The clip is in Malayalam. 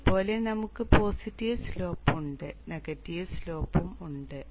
അതുപോലെ നമുക്ക് പോസിറ്റീവ് സ്ലോപ്പ് ഉണ്ട് നെഗറ്റീവ് സ്ലോപ്പ് ഉണ്ട്